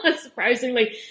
surprisingly